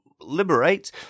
liberate